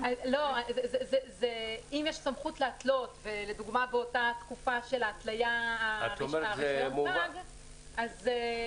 אם יש סמכות להתלות ובאותה תקופה של ההתליה הרישיון פג אז,